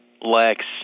Lex